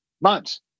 months